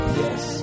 yes